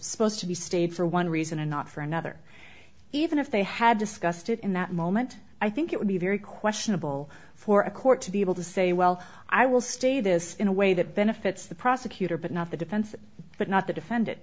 supposed to be stayed for one reason and not for another even if they had discussed it in that moment i think it would be very questionable for a court to be able to say well i will stay this in a way that benefits the prosecutor but not the defense but not the defendant